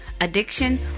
addiction